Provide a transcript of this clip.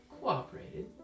cooperated